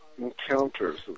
encounters